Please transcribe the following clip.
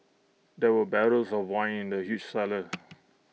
there were barrels of wine in the huge cellar